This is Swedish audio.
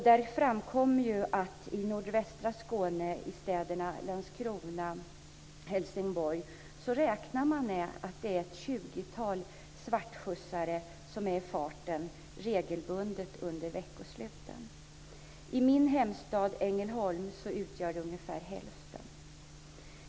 Det framkom att man räknar med att i städerna Landskrona och Helsingborg i nordvästra Skåne ett tjugotal svartskjutsare regelbundet är i farten under veckosluten. I min hemstad Ängelholm är antalet ungefär hälften så stort.